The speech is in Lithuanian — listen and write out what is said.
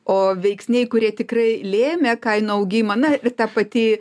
o veiksniai kurie tikrai lėmė kainų augimą na ir ta pati